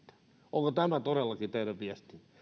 onko tämä todellakin teidän viestinne